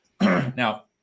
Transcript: Now